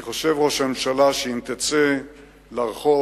אני חושב, ראש הממשלה, שאם תצא לרחוב